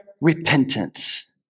repentance